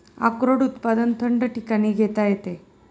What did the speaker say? अक्रोड उत्पादन थंड ठिकाणी घेता येते